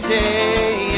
day